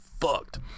fucked